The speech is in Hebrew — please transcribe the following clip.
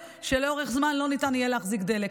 שלאורך זמן לא ניתן יהיה להחזיק דלק.